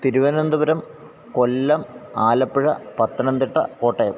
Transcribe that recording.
Thiruvananthapuram Kollam Alappuzha Pathanamthitta Kottayam